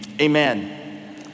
amen